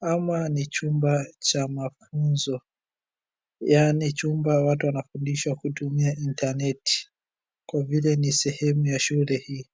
ama ni chumba cha mafunzo, yaani chumba mtu anafundishwa kutumia intaneti kw avile ni sehemu ya shule hii.